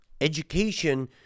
education